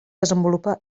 desenvolupa